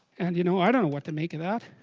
and you know. i don't know what to make that